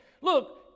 look